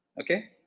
Okay